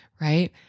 right